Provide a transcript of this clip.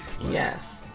Yes